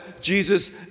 Jesus